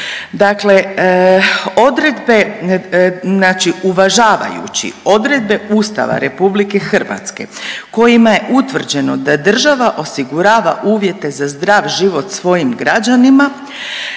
znači „Uvažavajući odredbe Ustava RH kojima je utvrđeno da država osigurava uvjete za zdrav život svojim građanima